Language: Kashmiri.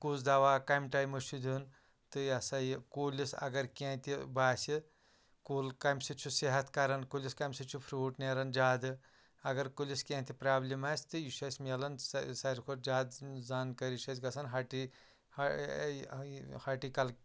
کُس دوا کَمہِ ٹایمہٕ چھُ دیُن تہٕ یا سا یہِ کُلِس اَگر کیٚنٛہہ تہِ باسہِ کُل کَمہِ سۭتۍ چھُ صحت کَران کُلِس کَمہِ سۭتۍ چھُ فرٛوٗٹ نیران زیادٕ اَگر کُلِس کیٚنٛہہ تہِ پرٛابلِم آسہِ تہٕ یہِ چھُ اَسہِ میلان سارِوٕے کھۄتہٕ زیادٕ زانکٲری چھِ اَسہِ گژھان ہاٹی یہِ ہَاٹیکَلچر